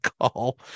call